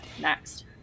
next